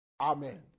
Amen